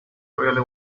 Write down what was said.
really